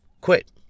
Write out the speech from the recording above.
quit